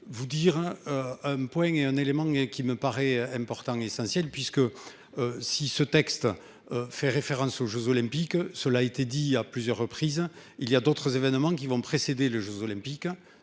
vous dire hein. Un point est un élément qui me paraît important, essentiel puisque. Si ce texte. Fait référence aux Jeux olympiques. Cela a été dit à plusieurs reprises il y a d'autres événements qui vont précéder les Jeux olympiques,